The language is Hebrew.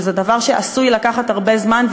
שזה דבר שעשוי לקחת הרבה זמן,